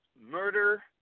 murder